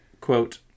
quote